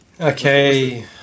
Okay